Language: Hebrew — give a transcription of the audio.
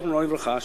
זיכרונו לברכה,